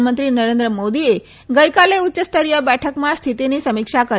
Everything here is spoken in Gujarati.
પ્રધાનમંત્રી નરેન્દ્ર મોદીએ ગઇકાલે ઉચ્યસ્તરીય બેઠકમાં સ્થિતિની સમીક્ષા કરી